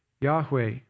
Yahweh